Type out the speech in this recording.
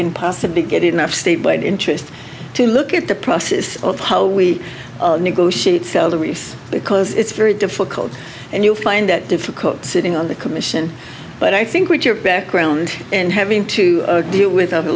can possibly get enough statewide interest to look at the process of how we negotiate because it's very difficult and you find it difficult sitting on the commission but i think with your background and having to deal with a